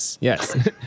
yes